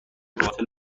قاتل